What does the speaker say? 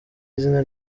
izina